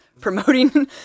promoting